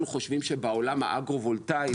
אנחנו חושבים שבעולם האגרו-וולטאי,